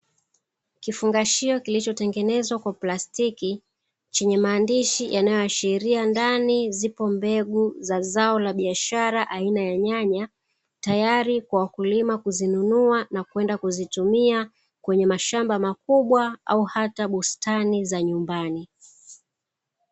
Kifungashio kilichotengenezwa kwa plastiki, chenye maandishi yanayoashiria ndani zipo mbegu za zao la biashara aina ya nyanya, tayari kwa wakulima kuzinunua na kwenda kuzitumia kwenye mashamba makubwa au hata bustani za nyumbani.